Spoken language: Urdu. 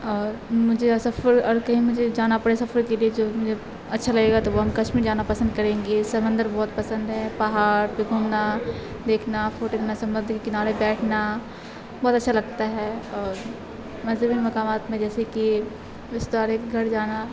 اور مجھے سفر اور کہیں مجھے جانا پڑے سفر کے لیے جو مجھے اچھا لگے گا تو وہ ہم کشمیر جانا پسند کریں گے سمندر بہت پسند ہے پہاڑ پہ گھومنا دیکھنا فوٹو لینا سمندر کے کنارے بیٹھنا بہت اچھا لگتا ہے اور مذہبی مقامات میں جیسے کہ رشتہ دار کے گھر جانا